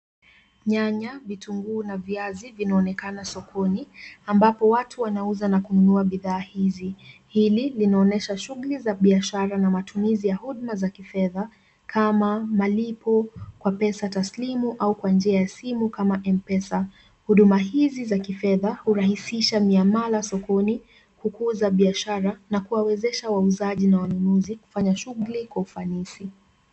Nyanya ,vitunguu na viazi vinaonekana sokoni ambapo watu wanauza na kununua bidhaa hizi. Hili linaonyesha shughuli za biashara na matumizi ya huduma za kifedha kama malipo kwa pesa taslimu au kwa njia ya simu kama M-Pesa. Huduma hizi za kifedha urahisisha miamala sokoni, kukuza biashara na kuwawezesha wauzaji na wanunuzi kufanya shughuli kwa ufanisi.